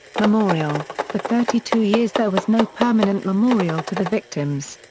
memorial for thirty two years there was no permanent memorial to the victims.